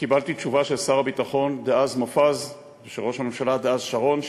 וקיבלתי תשובה של שר הביטחון דאז מופז ושל ראש הממשלה דאז שרון,